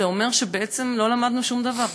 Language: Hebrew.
זה אומר שבעצם לא למדנו שום דבר.